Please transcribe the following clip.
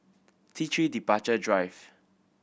T Three Departure Drive